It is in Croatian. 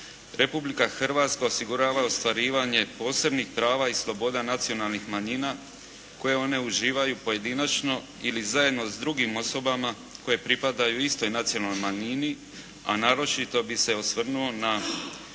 Republika Hrvatska osigurava ostvarivanje posebnih prava i sloboda nacionalnih manjina koje one uživaju pojedinačno ili zajedno s drugim osobama koje pripadaju istoj nacionalnoj manjini a naročito bih se osvrnuo na